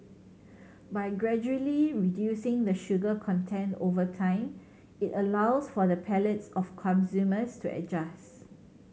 by gradually reducing the sugar content over time it allows for the palates of consumers to adjust